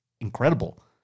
incredible